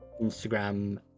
instagram